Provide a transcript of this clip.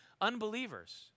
unbelievers